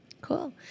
Cool